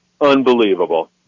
Unbelievable